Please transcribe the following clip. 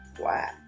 Wow